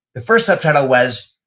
the first subtitle was,